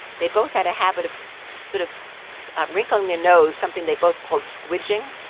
they both had a habit of sort of wrinkling their nose, something they both called squidging.